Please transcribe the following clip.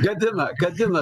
gadina gadina